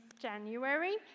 January